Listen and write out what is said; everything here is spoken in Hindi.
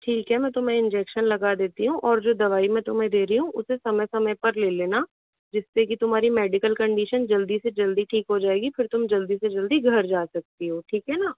ठीक है मैं तुम्हें इन्जेक्शन लगा देती हूँ और जो दवाई मैं तुम्हें दे रही हूँ उसे समय समय पर ले लेना जिससे की तुम्हारी मेडिकल कन्डिशन जल्दी से जल्दी ठीक हो जाएगी फिर तुम जल्दी से जल्दी घर जा सकती हो ठीक है न